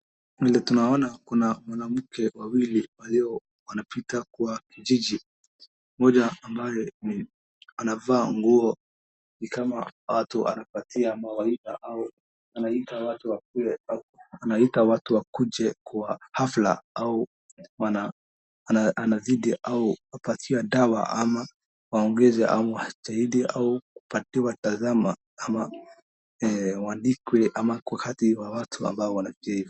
Vile tunaona kuna wanawake wawili wanapita kwa jiji, mmoja ambaye amevaa nguo kama mtu ambaye anapeana mawaidha au anaita watu wakuje kwa hafla au wanazidi au wapatiwe dawa ama waongeze ama watahidi au watazame ama waandikwe.